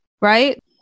right